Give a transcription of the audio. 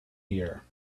year